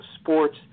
sports